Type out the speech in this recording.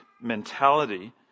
mentality